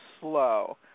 slow